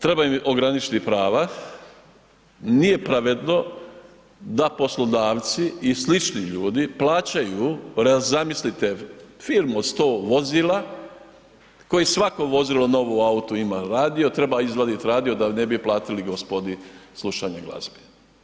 Treba im ograničiti prava. nije pravedno da poslodavci i slični ljudi plaćaju, zamislite, firmu od 100 vozila koji svako vozilo novo u autu ima radio, treba izvaditi radio da ne bi platili gospodi slušanje glazbe.